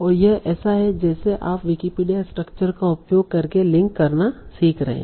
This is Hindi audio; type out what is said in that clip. और यह ऐसा है जैसे आप विकिपीडिया स्ट्रक्चर का उपयोग करके लिंक करना सीख रहे हैं